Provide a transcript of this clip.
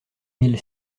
mille